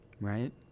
right